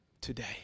today